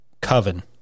coven